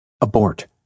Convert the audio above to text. abort